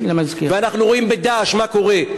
ואנחנו רואים ב"דאעש" מה קורה,